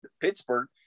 Pittsburgh